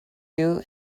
you